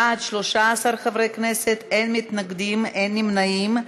בעד, 13 חברי כנסת, אין מתנגדים, אין נמנעים.